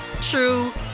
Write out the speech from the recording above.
true